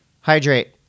Hydrate